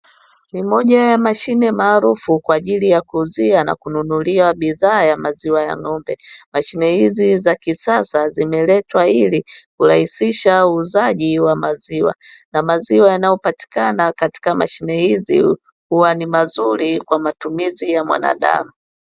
Ni moja ya mashine maarufu kwa ajili ya kuuzia na kununulia bidhaa ya maziwa ya ng'ombe. Mashine hizi za kisasa zimeletwa ili kurahisisha uuzaji wa maziwa na maziwa yanayopatikana katika mashine hizi huwa ni mazuri kwa matumizi ya mwanadamu.